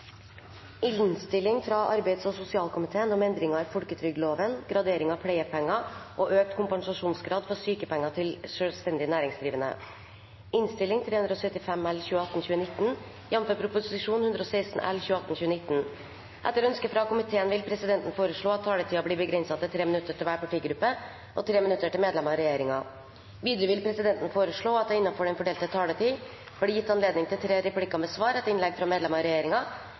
sosialkomiteen vil presidenten foreslå at taletiden blir begrenset til 3 minutter til hver partigruppe og 3 minutter til medlemmer av regjeringen. Videre vil presidenten foreslå at det – innenfor den fordelte taletid – blir gitt anledning til inntil tre replikker med svar etter innlegg fra medlemmer av